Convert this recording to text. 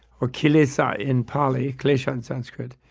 or kilesa in pali, kleshas in sanskrit,